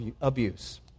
abuse